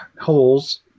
holes